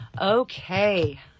Okay